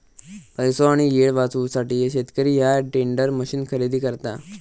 पैसो आणि येळ वाचवूसाठी शेतकरी ह्या टेंडर मशीन खरेदी करता